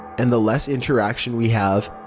and the less interaction we have,